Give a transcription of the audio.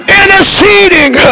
interceding